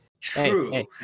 True